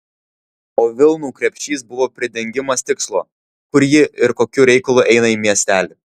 o vilnų krepšys buvo pridengimas tikslo kur ji ir kokiu reikalu eina į miestelį